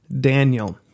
Daniel